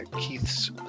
Keith's